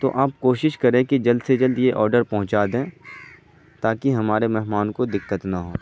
تو آپ کوشش کریں کہ جلد سے جلد یہ آڈر پہنچا دیں تاکہ ہمارے مہمان کو دقت نہ ہو